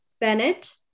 Bennett